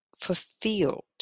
fulfilled